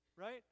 right